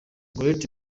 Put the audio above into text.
gareth